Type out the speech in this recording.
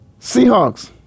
Seahawks